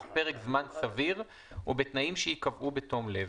פרק זמן סביר ובתנאים שייקבעו בתום לב,